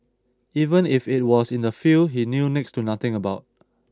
even if it was in a field he knew next to nothing about